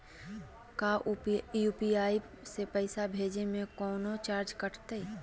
का यू.पी.आई से पैसा भेजे में कौनो चार्ज कटतई?